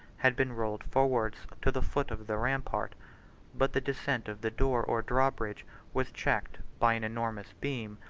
had been rolled forwards to the foot of the rampart but the descent of the door or drawbridge was checked by an enormous beam,